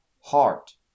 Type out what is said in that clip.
heart